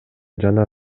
жана